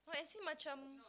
no as in macam